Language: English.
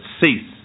cease